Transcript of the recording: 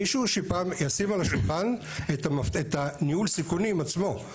שמישהו ישים על השולחן את ניהול הסיכונים עצמו,